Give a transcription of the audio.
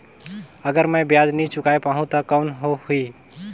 अगर मै ब्याज नी चुकाय पाहुं ता कौन हो ही?